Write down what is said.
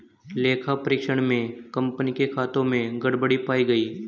लेखा परीक्षण में कंपनी के खातों में गड़बड़ी पाई गई